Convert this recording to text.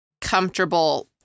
comfortable